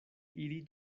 iri